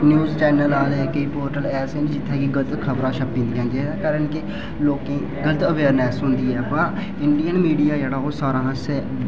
news paper आ दे केईं पोर्टल ऐसे न के जेह्दे च गल्त खबरां छपी जंदियां जेह्दे कारण कि गल्त अवेयरनैस्स होंदी ऐ बाऽ इंडियन मीडिया जेह्ड़ा ओह् सारें शा शैल